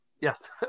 Yes